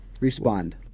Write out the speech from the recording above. respond